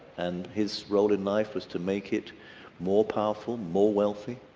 and his role in life was to make it more powerful, more wealthy,